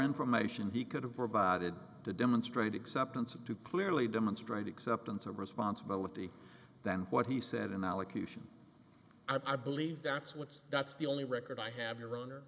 information be could have provided to demonstrate acceptance of to clearly demonstrate acceptance of responsibility than what he said an allocution i believe that's what's that's the only record i have your honor